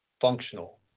functional